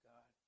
God